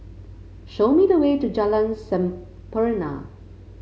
show me the way to Jalan Sampurna